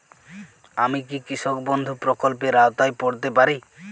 আমি কি কৃষক বন্ধু প্রকল্পের আওতায় পড়তে পারি?